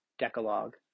decalogue